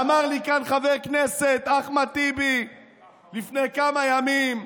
אמר לי כאן חבר הכנסת אחמד טיבי לפני כמה ימים.